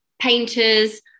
painters